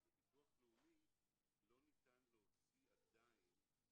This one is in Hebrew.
כי בביטוח לאומי לא ניתן להוציא עדיין